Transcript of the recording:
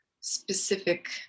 specific